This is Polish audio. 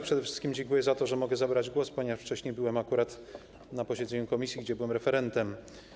Przede wszystkim dziękuję za to, że mogę zabrać głos, ponieważ wcześniej byłem akurat na posiedzeniu komisji, gdzie byłem referentem.